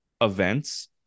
events